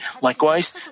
Likewise